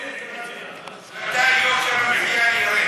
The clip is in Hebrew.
מתי יוקר המחיה ירד?